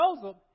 Joseph